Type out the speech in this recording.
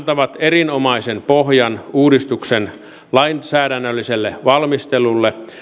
antavat erinomaisen pohjan uudistuksen lainsäädännölliselle valmistelulle